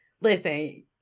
listen